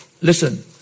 listen